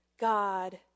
God